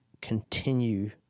continue